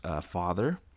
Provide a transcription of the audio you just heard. father